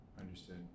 Understood